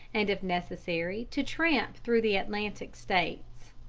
and if necessary to tramp through the atlantic states.